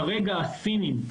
כרגע הסינים,